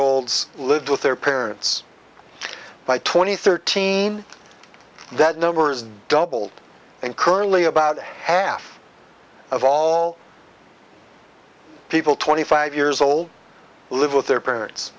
olds live with their parents by twenty thirteen that number is doubled and currently about half of all people twenty five years old live with their parents